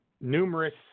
numerous